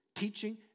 Teaching